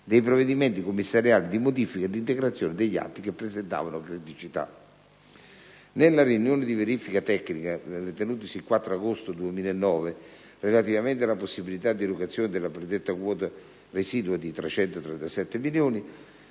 dei provvedimenti commissariali di modifica ed integrazione degli atti che presentavano criticità. Nella riunione di verifica tecnica tenutasi il 4 agosto 2009, relativamente alla possibilità di erogazione della predetta quota residua di 337 milioni